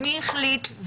מי החליט?